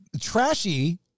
trashy